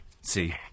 See